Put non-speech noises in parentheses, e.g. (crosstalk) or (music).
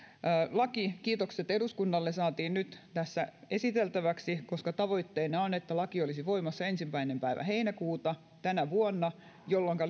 laki kiitokset eduskunnalle saatiin nyt tässä esiteltäväksi koska tavoitteena on että laki olisi voimassa ensimmäinen päivä heinäkuuta tänä vuonna jolloinka (unintelligible)